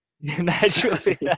Naturally